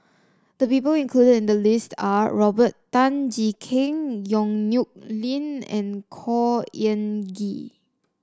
the people included in the list are Robert Tan Jee Keng Yong Nyuk Lin and Khor Ean Ghee